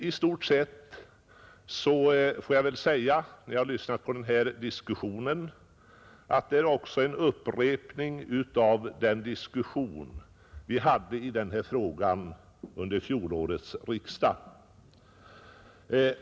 När jag lyssnar på den här diskussionen måste jag också konstatera att den i stort sett är en upprepning av den diskussion vi förde i samma fråga under fjolårets riksdag.